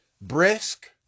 Brisk